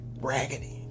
raggedy